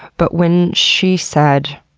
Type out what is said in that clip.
but when she said,